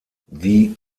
die